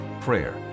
prayer